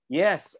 yes